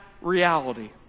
reality